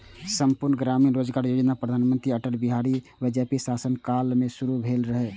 संपूर्ण ग्रामीण रोजगार योजना प्रधानमंत्री अटल बिहारी वाजपेयीक शासन काल मे शुरू भेल रहै